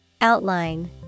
Outline